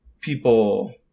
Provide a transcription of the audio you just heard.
people